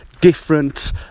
different